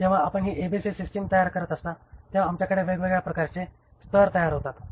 जेव्हा आपण ही एबीसी सिस्टम तयार करता तेव्हा आमच्याकडे वेगवेगळ्या प्रकारचे स्तर तयार होतात